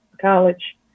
College